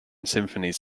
symphonies